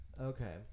Okay